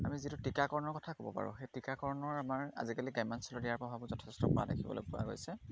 আমি যিটো টীকাকৰণৰ কথা ক'ব পাৰোঁ সেই টীকাকৰণৰ আমাৰ আজিকালি গ্ৰাম্যাঞ্চলত ইয়াৰ প্ৰভাৱো যথেষ্ট পৰা দেখিবলৈ পোৱা গৈছে